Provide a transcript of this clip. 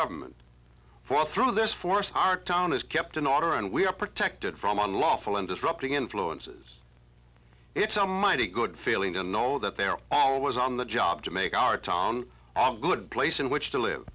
government for all through this forest our town is kept in order and we are protected from unlawful and disrupting influences it's a mighty good feeling to know that they are always on the job to make our town good place in which to live